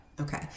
Okay